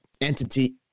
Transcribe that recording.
entity